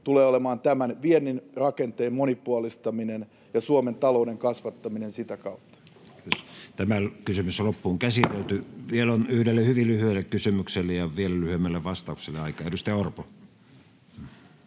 tulee olemaan tämän viennin rakenteen monipuolistaminen ja Suomen talouden kasvattaminen sitä kautta. Vielä on yhdelle hyvin lyhyelle kysymykselle ja vielä lyhyemmälle vastaukselle aikaa. — Edustaja Orpo.